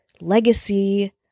legacy